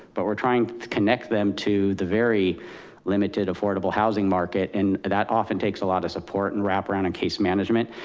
but we're trying to connect them to the very limited affordable housing market. and that often takes a lot of support and wrap around and case management.